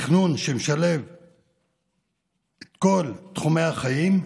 תכנון שמשלב את כל תחומי החיים,